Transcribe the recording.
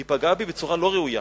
היא פגעה בי בצורה לא ראויה.